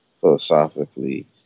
philosophically